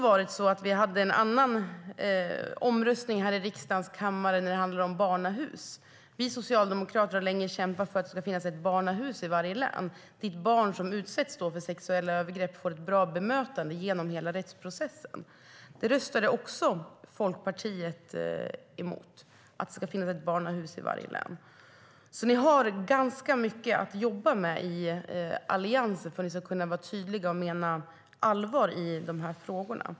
Vi hade även en omröstning i riksdagens kammare som handlade om barnahus. Vi socialdemokrater har länge kämpat för att det ska finnas ett barnahus i varje län, där barn som har utsatts för sexuella övergrepp får ett bra bemötande genom hela rättsprocessen. Även att det ska finnas ett barnahus i varje län röstade Folkpartiet emot. Ni har alltså ganska mycket att jobba med i Alliansen för att visa att ni är tydliga och menar allvar i de här frågorna.